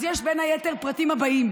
אז יש, בין היתר, את הפרטים הבאים: